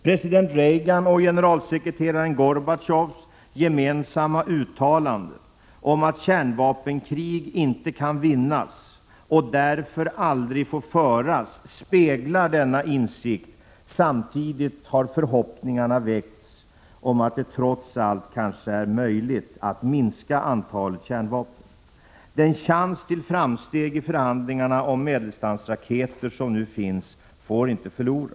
President Reagans och generalsekreteraren Gorbatjovs gemensamma uttalande om att kärnvapenkrig inte kan vinnas och därför aldrig får föras speglar denna insikt. Samtidigt har förhoppningar väckts om att det trots allt kanske är möjligt att minska antalet kärnvapen. Den chans till framsteg i förhandlingarna om medeldistansraketer som nu finns får inte förloras. Prot.